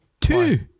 two